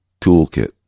toolkit